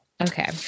Okay